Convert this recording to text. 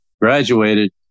graduated